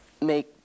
make